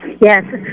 Yes